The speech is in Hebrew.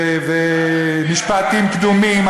משפטים קדומים,